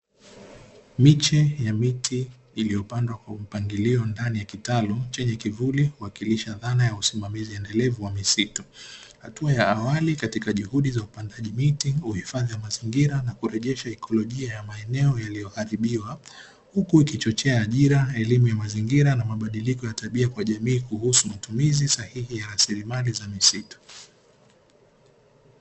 Miche ya miti iliyopandwa kwa mpangilio ndani ya kitalu chenye kivuli kuwakilisha dhana ya usimamizi endelevu wa misitu. Hatua ya awali katika juhudi za upandaji miti, uhifadhi wa mazingira na kurejesha ikolojia ya maeneo yaliyoharibiwa; huku ikichochea ajira, elimu ya mazingira na mabadiliko ya tabia kwa jamii kuhusu matumizi sahihi ya rasilimali za misitu.